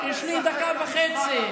יש לי דקה וחצי,